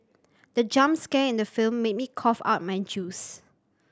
the jump scare in the film made me cough out my juice